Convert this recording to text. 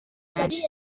benshi